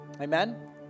Amen